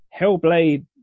Hellblade